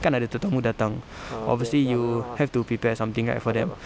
kan ada tetamu datang obviously you have to prepare something right for them